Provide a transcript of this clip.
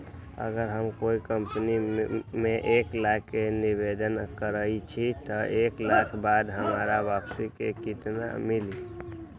अगर हम कोई कंपनी में एक लाख के निवेस करईछी त एक साल बाद हमरा वापसी में केतना मिली?